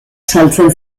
saltzen